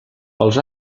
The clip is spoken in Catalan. els